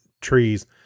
trees